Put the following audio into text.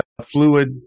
fluid